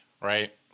right